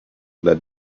that